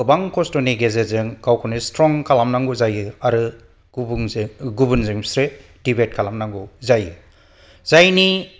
गोबां खस्थनि गेजेरजों गावखौनो स्ट्रं खालामनांगौ जायो आरो गुबुन्जे गुबुनजों बिसोरो डिभाइड खालामनांगौ जायो जायनि